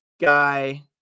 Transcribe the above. guy